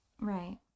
right